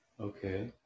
Okay